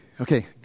Okay